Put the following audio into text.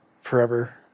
forever